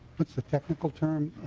but the technical term